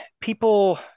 people